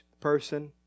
person